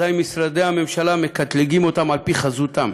משרדי הממשלה מקטלגים אותם על-פי חזותם